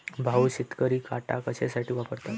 भाऊ, शेतकरी काटा कशासाठी वापरतात?